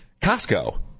Costco